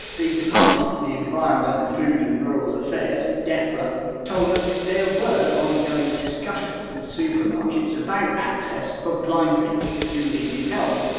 the department for the environment, food and rural affairs defra told us there were ongoing discussions with supermarkets about access for blind people who needed help.